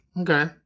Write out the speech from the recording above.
okay